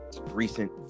recent